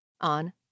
On